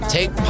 Take